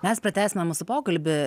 mes pratęsime mūsų pokalbį